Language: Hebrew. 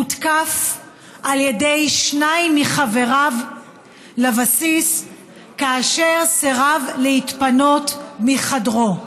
הותקף על ידי שניים מחבריו לבסיס כאשר סירב להתפנות מחדרו.